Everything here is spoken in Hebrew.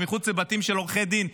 מחוץ לבתים של עורכי דין,